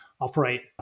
operate